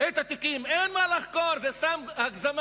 את התיקים, אין מה לחקור, זאת סתם הגזמה